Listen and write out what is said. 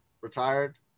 retired